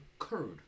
occurred